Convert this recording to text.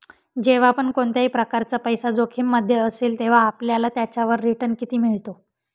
जेव्हा पण कोणत्याही प्रकारचा पैसा जोखिम मध्ये असेल, तेव्हा आपल्याला त्याच्यावर रिटन किती मिळतो?